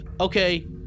Okay